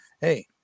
hey